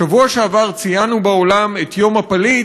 בשבוע שעבר ציינו בעולם את יום הפליט,